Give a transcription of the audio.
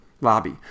Lobby